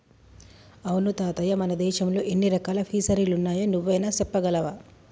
అవును తాతయ్య మన దేశంలో ఎన్ని రకాల ఫిసరీలున్నాయో నువ్వైనా సెప్పగలవా